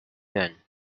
then